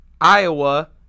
Iowa